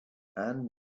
and